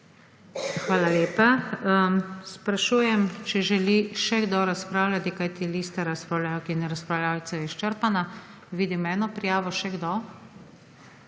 Hvala lepa. Sprašujem, če želi kdo razpravljati, kajti lista razpravljavk in razpravljavcev je izčrpana. Vidim eno prijavo. Še kdo?